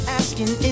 asking